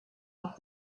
off